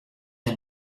der